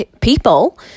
people